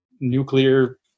nuclear